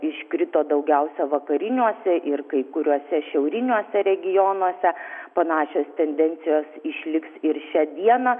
iškrito daugiausia vakariniuose ir kai kuriuose šiauriniuose regionuose panašios tendencijos išliks ir šią dieną